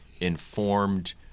informed –